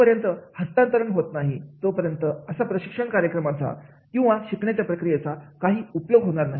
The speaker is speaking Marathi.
जोपर्यंत हस्तांतरण होत नाही तोपर्यंत अशा प्रशिक्षण कार्यक्रमाचा किंवा शिकण्याच्या प्रक्रियेचा काही उपयोग होणार नाही